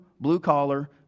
blue-collar